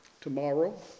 tomorrow